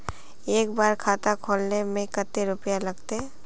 एक बार खाता खोले में कते रुपया लगते?